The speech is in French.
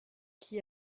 qui